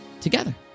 together